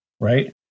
right